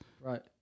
Right